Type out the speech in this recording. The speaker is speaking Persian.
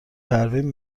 پروین